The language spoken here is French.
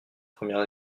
premiers